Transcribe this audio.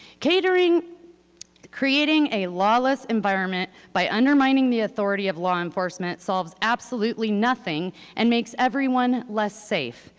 catering creating a lawless environment by undermining the authority of law enforcement solves absolutely nothing and makes everyone less safe,